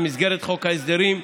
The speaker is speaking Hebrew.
במסגרת חוק ההסדרים,